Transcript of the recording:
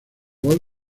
gol